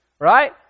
Right